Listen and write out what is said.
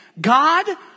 God